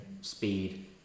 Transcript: speed